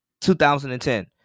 2010